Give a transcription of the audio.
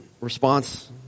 response